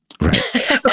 Right